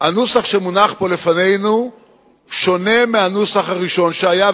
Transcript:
הנוסח שמונח פה לפנינו שונה מהנוסח הראשון שהיה,